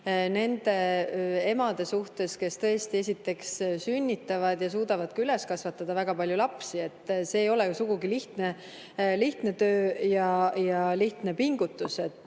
nende emade suhtes, kes sünnitavad ja suudavad ka üles kasvatada väga palju lapsi. See ei ole sugugi lihtne töö ja lihtne pingutus,